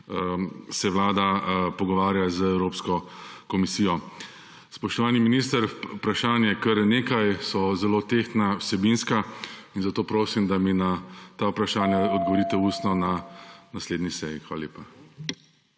se Vlada pogovarja z Evropsko komisijo.? Spoštovani minister, vprašanj je kar nekaj, so zelo tehtna, vsebinska in zato prosim, da mi na ta vprašanja odgovorite ustno na naslednji seji. Hvala lepa.